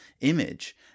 image